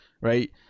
right